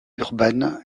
urban